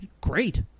Great